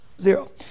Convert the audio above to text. Zero